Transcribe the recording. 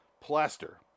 plaster